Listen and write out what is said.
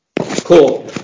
cool